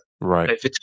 Right